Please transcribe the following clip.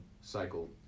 cycle